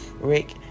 rick